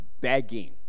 begging